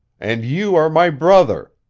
and you are my brother,